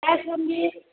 दासान्दि